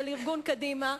של ארגון קדימה,